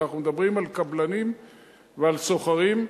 אלא אנחנו מדברים על קבלנים ועל סוחרים,